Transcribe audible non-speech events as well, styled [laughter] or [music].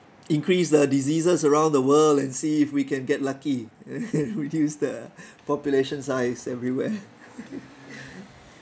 increase the diseases around the world and see if we can get lucky [laughs] reduce the population size everywhere